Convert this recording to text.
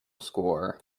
score